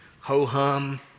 ho-hum